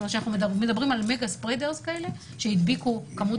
זאת אומרת שכשאנחנו מדברים על מפיצי-על שהדביקו כמות